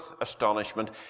astonishment